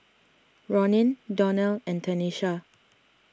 Ronin Donnell and Tenisha